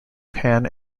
pan